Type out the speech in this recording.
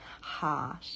heart